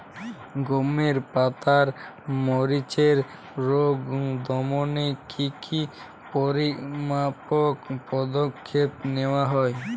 গমের পাতার মরিচের রোগ দমনে কি কি পরিমাপক পদক্ষেপ নেওয়া হয়?